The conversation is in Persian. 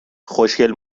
خوشگل